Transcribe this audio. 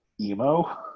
emo